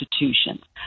institutions